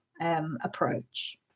approach